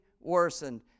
worsened